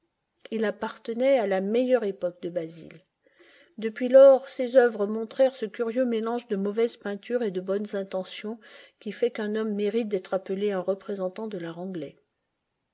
il appartenait à la meilleure époque de basil depuis lors ses œuvres montrèrent ce curieux mélange de mauvaise peinture et de bonnes intentions qui fait qu'un homme mérite d'être appelé un représentant de l'art